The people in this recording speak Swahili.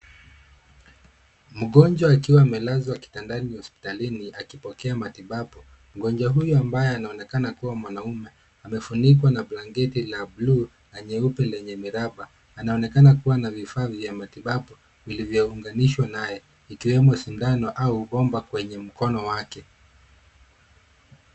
Mgonjwa akiwa amelazwa kitandani hospitalini akipokea matibabu. Mgonjwa huyu ambaye anaonekana akiwa mwanaume, amefunikwa na blanketi la buluu na nyeupe lenye miraba. Anaonekana kuwa na vifaa vya matibabu vilivyounganishwa naye ikiwemo sindano au bomba kwenye mkono wake.